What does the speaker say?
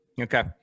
Okay